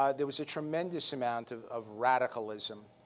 ah there was a tremendous amount of of radicalism